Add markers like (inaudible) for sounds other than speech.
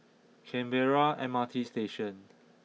Canberra M R T Station (noise)